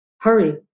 hurry